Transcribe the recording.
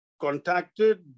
contacted